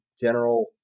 general